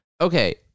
Okay